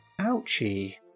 Ouchie